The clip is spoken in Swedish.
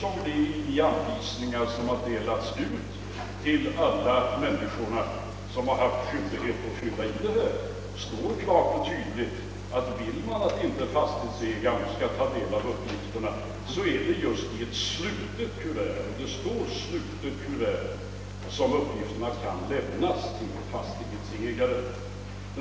I de anvisningar som delats ut till alla människor som haft skyldighet att fylla i blanketterna står klart och tydligt att vill man inte att fastighetsägaren skall ta del av uppgifterna, så kan dessa lämnas i ett slutet kuvert till fastighetsägaren.